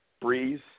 Breeze